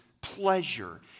pleasure